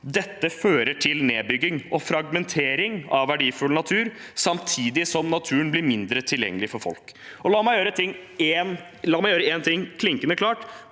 Dette fører til nedbygging og fragmentering av verdifull natur, samtidig som naturen blir mindre tilgjengelig for folk. La meg gjøre én ting klinkende klart: